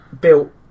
built